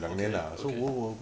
okay okay